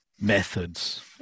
methods